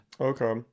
okay